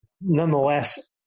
Nonetheless